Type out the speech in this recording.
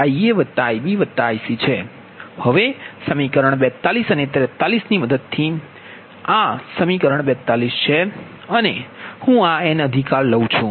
હવે સમીકરણ 42 અને 43 ની મદદથી તેથી આ સમીકરણ 42 છે અને આ હું n અધિકાર લઉ છુ